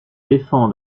défend